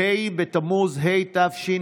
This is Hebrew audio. ה' בתמוז התשפ"א,